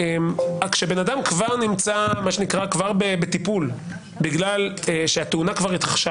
כשבן אדם כבר נמצא מה שנקרא בטיפול בגלל שהתאונה כבר התרחשה,